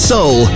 Soul